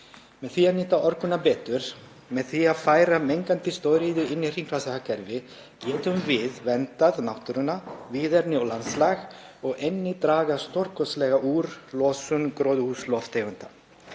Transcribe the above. Með því að nýta orkuna betur og með því að færa mengandi stóriðju inn í hringrásarhagkerfið getum við verndað náttúruna, víðerni og landslag og einnig dregið stórkostlega úr losun gróðurhúsalofttegunda.